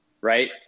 right